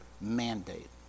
mandate